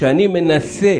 שאני מנסה